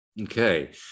Okay